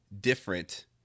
different